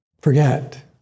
forget